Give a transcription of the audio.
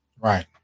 Right